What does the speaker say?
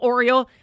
Oriole